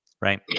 right